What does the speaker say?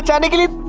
and going.